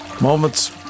moments